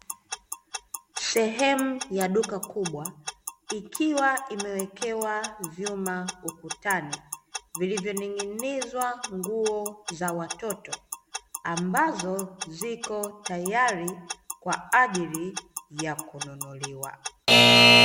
Sehemu ya duka kubwa ikiwa imewekewa vyuma ukutani, vilivyoning'inizwa nguo za watoto, ambazo ziko tayari kwa ajili ya kununuliwa.